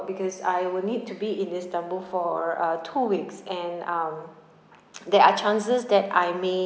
because I'll need to be in istanbul for a uh two weeks and um there are chances that I may